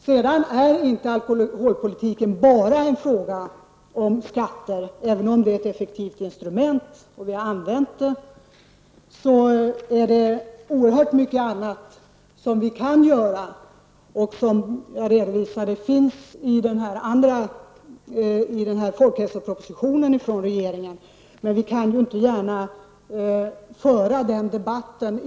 Vidare är alkoholpolitiken inte bara en fråga om skatter -- även om skatterna utgör ett effektivt instrument, som också har utnyttjats. Det finns oerhört många andra saker som vi kan göra i det här sammanhanget. Jag har redovisat en del. Det är bara att läsa regeringens folkhälsoproposition. Men vi kan inte gärna föra den debatten nu.